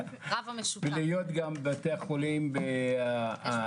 ולהיות גם בבתי החולים הנצרתיים.